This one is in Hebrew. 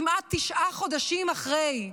כמעט תשעה חודשים אחרי,